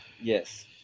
Yes